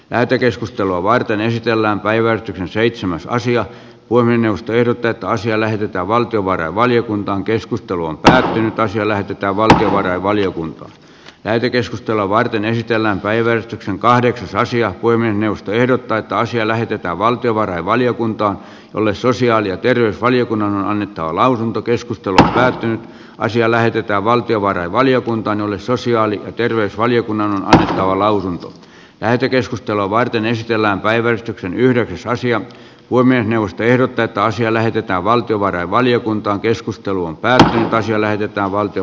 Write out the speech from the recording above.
lähetekeskustelua varten esitellään päivätty seitsemäs asia kuin minusta ehdotetaan siellä hypyt ja valtiovarainvaliokuntaan keskustelun tärkeyttä siellä pitää valtiovarainvaliokunta on käyty keskustelua varten esitellään päivystyksen kahdeksasosia voimien johto ehdottaa että asia lähetetään valtiovarainvaliokuntaan jolle sosiaali ja terveysvaliokunnan on annettava lausunto keskustelu päättyy asia lähetetään valtiovarainvaliokuntaan jolle sosiaali ja terveysvaliokunnan lausunto käyty keskustelua varten esitellään päivän yhden asian voimme tehdä tätä asiaa lähdetään valtiovarainvaliokuntaa keskusteluun pääsee esille että valtio